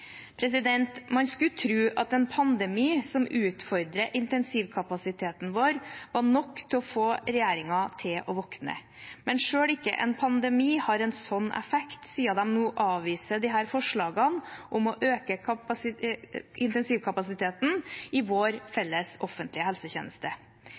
Man skulle tro at en pandemi som utfordrer intensivkapasiteten vår, var nok til å få regjeringen til å våkne, men selv ikke en pandemi har en sånn effekt, siden de nå avviser disse forslagene om å øke intensivkapasiteten i vår